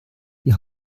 die